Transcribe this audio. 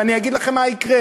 ואני אגיד לכם מה יקרה.